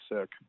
sick